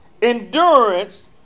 Endurance